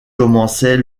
commençait